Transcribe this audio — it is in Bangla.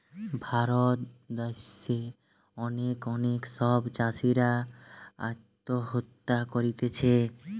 ভারত দ্যাশে অনেক অনেক সব চাষীরা আত্মহত্যা করতিছে